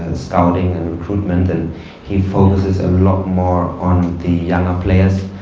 and scouting and recruitment, and he focuses a lot more on the younger players.